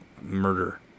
murder